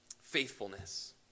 faithfulness